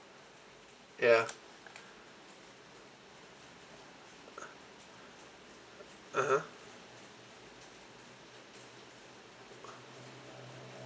ya (uh huh)